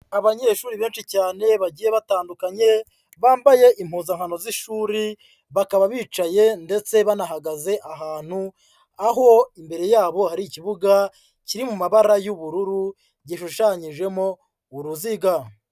Abanyeshuri benshi cyane bagiye batandukanye bambaye impuzankano z'ishuri, bakaba bicaye ndetse banahagaze ahantu, aho imbere yabo hari ikibuga kiri mu mabara y'ubururu gishushanyijemo uruziga.